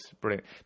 brilliant